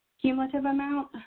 cumulative amount.